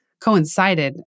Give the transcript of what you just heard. coincided